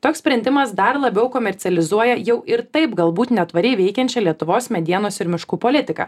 toks sprendimas dar labiau komercializuoja jau ir taip galbūt netvariai veikiančią lietuvos medienos ir miškų politiką